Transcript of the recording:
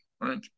right